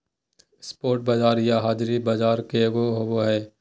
spot बाजार या हाज़िर बाजार एक होबो हइ